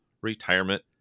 retirement